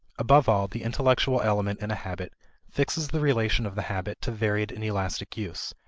above all, the intellectual element in a habit fixes the relation of the habit to varied and elastic use,